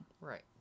Right